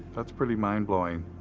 that's pretty mind blowing.